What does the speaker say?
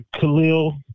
Khalil